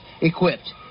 equipped